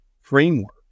framework